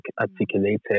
articulated